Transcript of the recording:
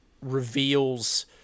reveals